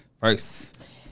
first